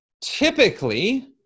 typically